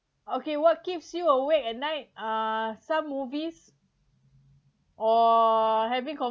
okay what keeps you awake at night uh some movies or having